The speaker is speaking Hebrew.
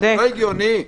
זה לא הגיוני.